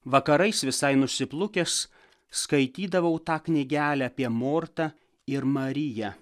vakarais visai nusiplukęs skaitydavau tą knygelę apie mortą ir mariją